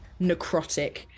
necrotic